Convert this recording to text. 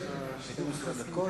יש לך 12 דקות.